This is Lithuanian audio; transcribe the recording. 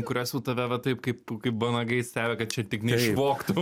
kurios jau tave va taip kaip kaip vanagai stebi kad čia tik neišvogtum